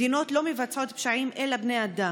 מדינות לא מבצעות פשעים אלא בני אדם,